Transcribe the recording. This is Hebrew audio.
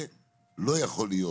זה לא יכול להיות,